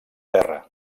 terra